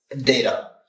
data